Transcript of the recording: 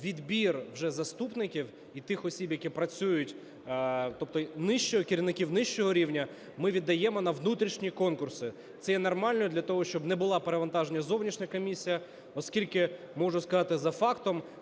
відбір вже заступників і тих осіб, які працюють, тобто керівників нижчого рівня ми віддаємо на внутрішні конкурси. Це є нормально. Для того, щоб не була перевантажена зовнішня комісія. Оскільки, можу сказати за фактом,